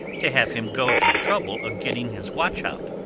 to have him go to the trouble of getting his watch out.